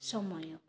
ସମୟ